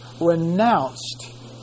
renounced